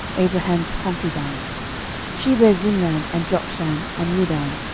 abraham's concubine she bare zimran, and jokshan, and medan,